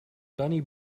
bunny